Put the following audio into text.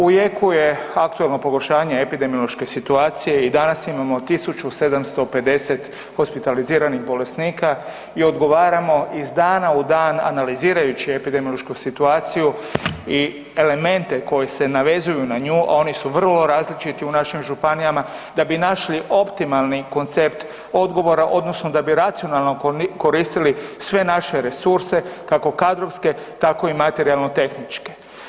U jeku je aktualno pogoršanje epidemiološke situacije i danas imamo 1.750 hospitaliziranih bolesnika i odgovaramo iz dana u dana analizirajući epidemiološku situaciju i elemente koji se navezuju na nju, a oni su vrlo različiti u našim županijama da bi našli optimalni koncept odgovora odnosno da bi racionalno koristili sve naše resurse kako kadrove tako i materijalno tehničke.